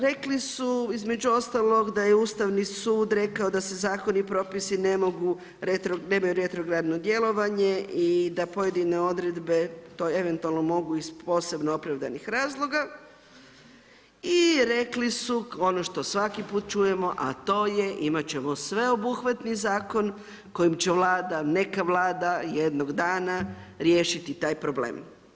Rekli su, između ostalog, da je Ustavni sud rekao da se zakon i propisi ne mogu, nemaju retrogradno djelovanje i da pojedine odredbe to eventualno mogu, iz posebno opravdanih razloga i rekli su ono što svaki put čujemo, a to je imati ćemo sveobuhvatni zakon kojim će Vlada, neka vlada jednog dana riješiti taj problem.